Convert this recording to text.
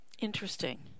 Interesting